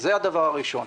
זה הדבר הראשון.